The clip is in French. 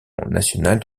nationale